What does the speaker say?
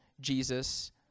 Jesus